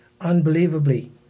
unbelievably